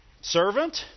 servant